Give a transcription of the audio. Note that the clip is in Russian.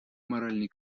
моральный